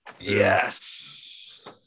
Yes